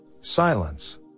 Silence